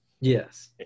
Yes